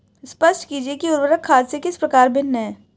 स्पष्ट कीजिए कि उर्वरक खाद से किस प्रकार भिन्न है?